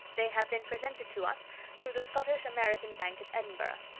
they have been presented to us through the scottish-american bank at edinburgh.